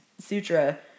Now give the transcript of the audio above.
sutra